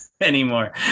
anymore